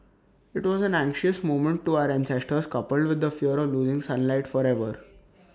IT was an anxious moment to our ancestors coupled with the fear of losing sunlight forever